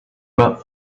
bought